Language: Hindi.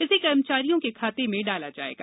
इसे कर्मचारियों के खाते में डाला जाएगा